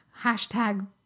hashtag